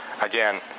Again